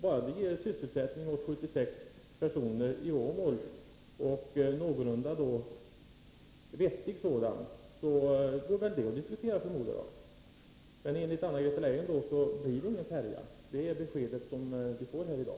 Bara det ger sysselsättning åt 76 personer i Åmål — och någorlunda vettig sysselsättning — går väl det att diskutera, förmodar jag. Men enligt Anna-Greta Leijon blir det ingen färja — det är beskedet vi får här i dag.